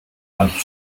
manche